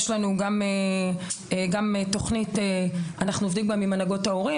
יש לנו גם תוכנית ואנחנו עובדים גם הנהגות ההורים.